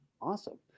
Awesome